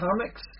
Comics